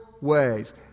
ways